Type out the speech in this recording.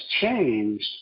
changed